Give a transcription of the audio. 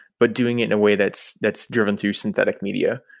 but doing it in a way that's that's driven through synthetic media.